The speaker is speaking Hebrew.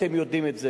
אתם יודעים את זה.